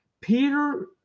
Peter